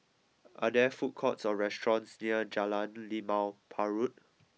are there food courts or restaurants near Jalan Limau Purut